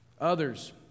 Others